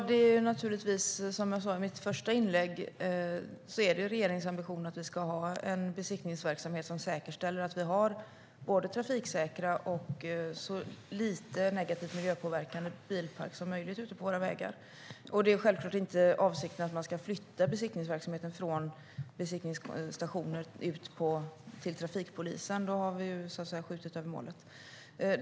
Herr talman! Som jag sa i mitt första inlägg är det regeringens ambition att vi ska ha en besiktningsverksamhet som säkerställer att vi har både trafiksäkra och så lite miljöpåverkande bilar som möjligt ute på våra vägar. Det är självklart inte avsikten att man ska flytta besiktningsverksamheten från besiktningsstationerna ut till trafikpolisen. Då har vi, så att säga, skjutit över målet.